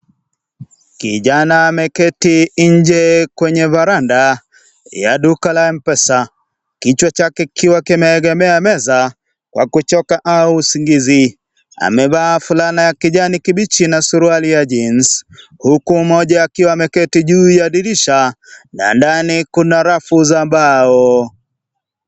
Kijana ameketi nje kwenye varanda ya duka la M-pesa kichwa chake kikiwa kimeegemea meza kwa kuchoka au usingizi, amevaa fulana ya kijani kibichi na suruali ya jeans huku mmoja akiwa ameketi juu ya dirisha na ndani kuna rafu za mbao.